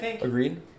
Agreed